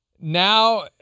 Now